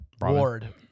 Ward